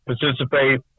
participate